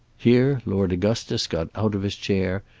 here lord augustus got out of his chair,